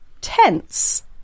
tense